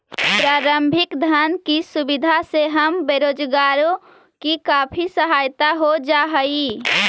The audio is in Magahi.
प्रारंभिक धन की सुविधा से हम बेरोजगारों की काफी सहायता हो जा हई